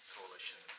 Coalition